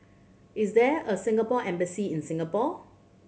is there a Singapore Embassy in Singapore